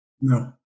No